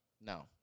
No